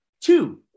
two